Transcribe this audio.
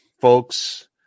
folks